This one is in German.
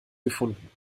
gefunden